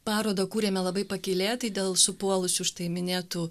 parodą kūrėme labai pakylėtai dėl supuolusių štai minėtų